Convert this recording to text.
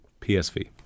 PSV